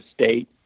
state